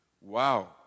Wow